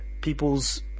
people's